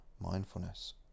mindfulness